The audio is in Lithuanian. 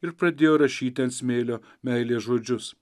ir pradėjo rašyti ant smėlio meilės žodžius